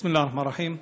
בסם אללה א-רחמאן א-רחים.